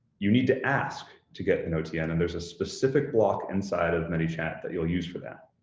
you need to ask to get an otn, and there's a specific block inside of manychat that you'll use for that.